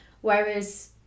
Whereas